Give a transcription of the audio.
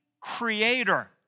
creator